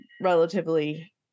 relatively